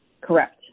Correct